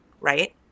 right